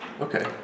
Okay